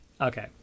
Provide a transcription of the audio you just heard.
Okay